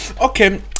okay